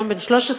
היום בן 13,